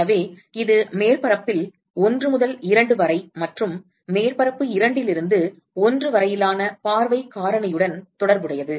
எனவே இது மேற்பரப்பில் ஒன்று முதல் இரண்டு வரை மற்றும் மேற்பரப்பு இரண்டிலிருந்து ஒன்று வரையிலான பார்வைக் காரணியுடன் தொடர்புடையது